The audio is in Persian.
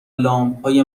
لامپهای